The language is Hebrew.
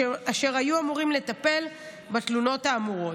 אשר היו אמורים לטפל בתלונות האמורות.